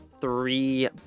three